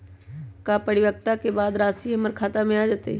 का परिपक्वता के बाद राशि हमर खाता में आ जतई?